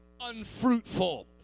unfruitful